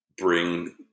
bring